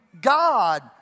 God